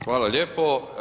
Hvala lijepo.